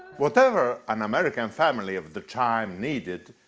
whatever an american family of the time needed,